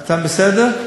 אתם בסדר?